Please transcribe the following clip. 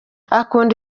akunda